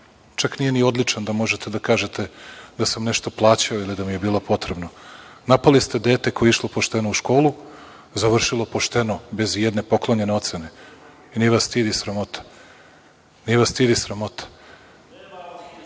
čak nije ni odličan da možete da kažete da sam nešto plaćao ili da mi je bilo potrebno. Napali ste dete koje je išlo pošteno u školu, završilo pošteno bez ijedne poklonjene ocene. Nije vas stid i sramota. Vi ste opasni